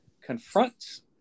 confronts